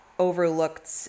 overlooked